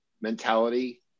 mentality